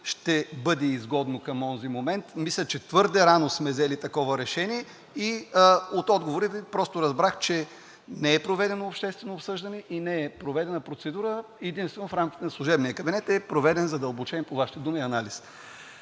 ще бъде изгодно към онзи момент. Мисля, че твърде рано сме взели такова решение. От отговора Ви просто разбрах, че не е проведено обществено обсъждане и не е проведена процедура, единствено в рамките на служебния кабинет е проведен задълбочен, по Вашите думи, анализ.